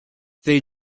they